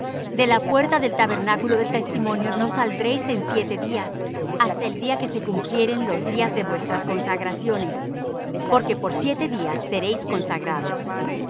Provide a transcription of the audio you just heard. de la puerta del tabernáculo del testimonio no saldréis en siete días hasta el día que se cumplieren los días de vuestras consagraciones porque por siete días seréis consagrados de